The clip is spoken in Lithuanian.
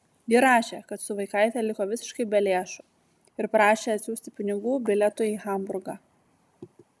ji rašė kad su vaikaite liko visiškai be lėšų ir prašė atsiųsti pinigų bilietui į hamburgą